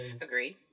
Agreed